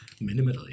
minimally